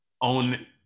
on